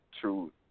truth